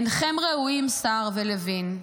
אינכם ראויים, סער ולוין,